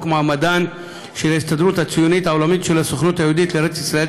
מעמדן של ההסתדרות הציונית העולמית ושל הסוכנות היהודית לארץ ישראל,